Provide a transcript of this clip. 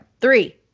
Three